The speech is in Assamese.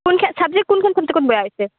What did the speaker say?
ছাবজেক্ট কোনখন কোনখনত বেয়া হৈছে